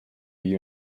you